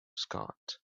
scott